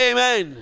Amen